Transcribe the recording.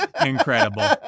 Incredible